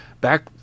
back